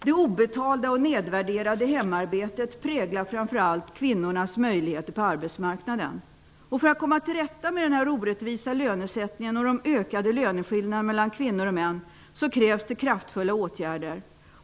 Det obetalda och nedvärderade hemarbetet präglar framför allt kvinnornas möjligheter på arbetsmarknaden. För att komma till rätta med den orättvisa lönesättningen och de ökade löneskillnaderna mellan kvinnor och män krävs kraftfulla åtgärder.